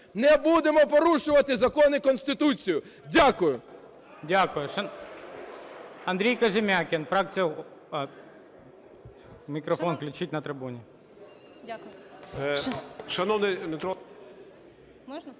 Не будемо порушувати закони і Конституцію! Дякую.